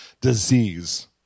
disease